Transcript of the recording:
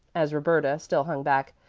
as roberta still hung back,